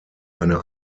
eine